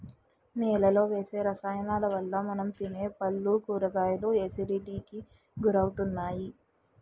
నేలలో వేసే రసాయనాలవల్ల మనం తినే పళ్ళు, కూరగాయలు ఎసిడిటీకి గురవుతున్నాయి